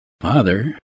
Father